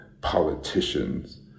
politicians